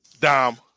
Dom